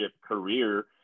career